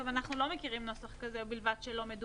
--- אנחנו לא מכירים נוסח כזה בחקיקה,